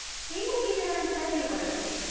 he will be there in february,